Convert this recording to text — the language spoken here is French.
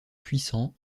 puissant